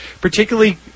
particularly